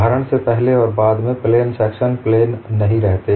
भारण से पहले और बाद में प्लेन सेक्शन प्लेन नहीं रहते